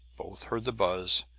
both heard the buzz,